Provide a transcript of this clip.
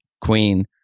Queen